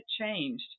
changed